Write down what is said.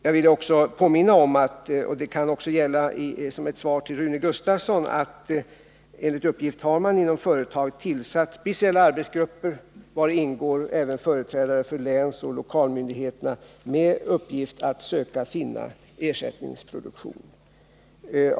Jag vill också påminna om — det kan också gälla som svar till Rune Gustavsson — att företaget enligt uppgift har tillsatt speciella arbetsgrupper, vari ingår företrädare för länsoch lokalmyndigheterna, för att söka finna ersättningsproduktion.